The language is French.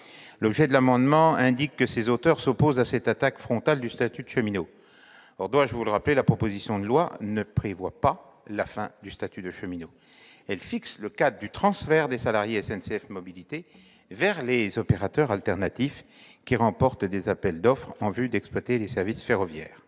objet indique que ses auteurs s'opposent à une attaque frontale contre le statut de cheminot. Or, dois-je le rappeler, la proposition de loi ne prévoit pas la fin du statut de cheminot. Elle fixe le cadre du transfert des salariés de SNCF Mobilités vers les opérateurs alternatifs qui remporteront des appels d'offres en vue d'exploiter des services ferroviaires.